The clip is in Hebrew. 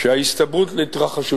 שההסתברות שיתרחשו